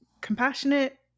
compassionate